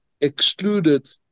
excluded